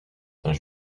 saint